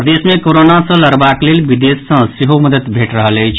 प्रदेश के कोरोना सँ लड़बाक लेल विदेश सँ सेहो मददि भेट रहल अछि